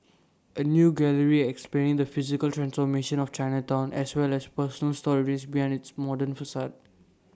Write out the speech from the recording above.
A new gallery explaining the physical transformation of Chinatown as well as personal stories behind its modern facade